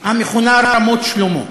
המכונה רמת-שלמה,